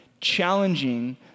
challenging